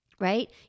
right